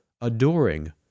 adoring